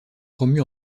promu